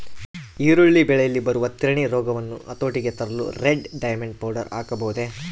ಈರುಳ್ಳಿ ಬೆಳೆಯಲ್ಲಿ ಬರುವ ತಿರಣಿ ರೋಗವನ್ನು ಹತೋಟಿಗೆ ತರಲು ರೆಡ್ ಡೈಮಂಡ್ ಪೌಡರ್ ಹಾಕಬಹುದೇ?